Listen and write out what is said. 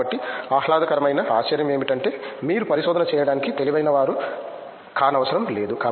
కాబట్టి ఆహ్లాదకరమైన ఆశ్చర్యం ఏమిటంటే మీరు పరిశోధన చేయడానికి తెలివైనవారు కానవసరం లేదు